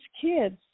kids